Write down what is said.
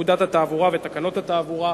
פקודת התעבורה ותקנות התעבורה,